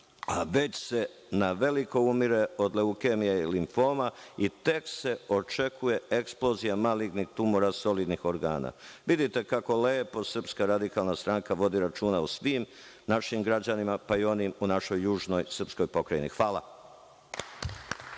već se naveliko umire od leukemije i limfoma i tek se očekuje eksplozija malignih tumora solidnih organa. Vidite kako lepo SRS vodi računa o svim našim građanima, pa i onim u našoj južnoj srpskoj pokrajini. Hvala.